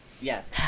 Yes